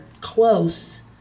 close